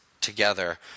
together